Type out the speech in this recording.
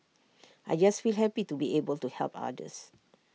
I just feel happy to be able to help others